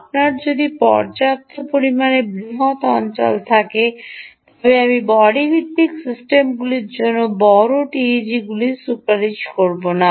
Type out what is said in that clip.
আপনার যদি পর্যাপ্ত পরিমাণে বৃহত অঞ্চল থাকে তবে আমি বডিভিত্তিক সিস্টেমগুলির জন্য বড় টিইজিগুলিকে সুপারিশ করব না